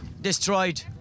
destroyed